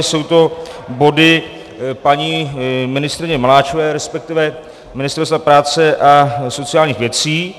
Jsou to body paní ministryně Maláčové, resp. Ministerstva práce a sociálních věcí.